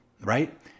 right